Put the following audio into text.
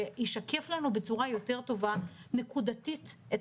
שישקף לנו בצורה יותר טובה ונקודתית את